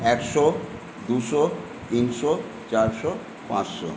একশো দুশো তিনশো চারশো পাঁচশো